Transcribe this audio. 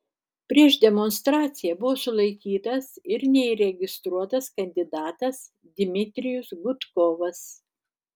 prieš demonstraciją buvo sulaikytas ir neįregistruotas kandidatas dmitrijus gudkovas